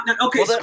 okay